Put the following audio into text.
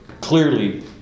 clearly